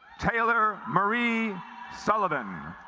taylor murray sullivan